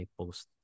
post